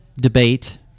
debate